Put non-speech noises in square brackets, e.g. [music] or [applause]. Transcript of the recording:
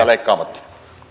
[unintelligible] leikkaamatta arvoisa